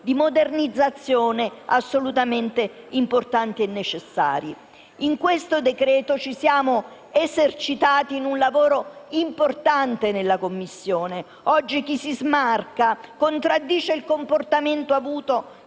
di modernizzazione assolutamente importanti e necessari. Con questo decreto-legge ci siamo esercitati in un lavoro importante in Commissione. Oggi chi si smarca contraddice il comportamento avuto